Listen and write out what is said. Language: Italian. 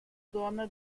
donna